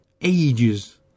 ages